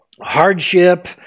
hardship